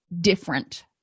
different